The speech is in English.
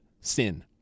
sin